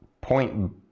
point